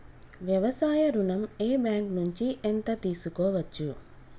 వ్యవసాయ ఋణం ఏ బ్యాంక్ నుంచి ఎంత తీసుకోవచ్చు?